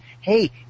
hey